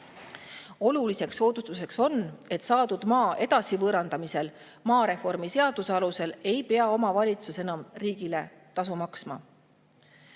Oluline soodustus on see, et saadud maa edasivõõrandamisel maareformi seaduse alusel ei pea omavalitsus enam riigile tasu maksma.